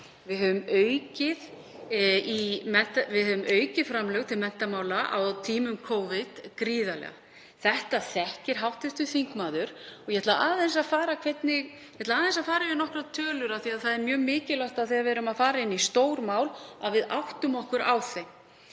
Við höfum aukið framlög til menntamála á tímum Covid gríðarlega. Þetta þekkir hv. þingmaður. Ég ætla aðeins að fara yfir nokkrar tölur af því að það er mjög mikilvægt þegar við erum að fara inn í stór mál að við áttum okkur á þeim.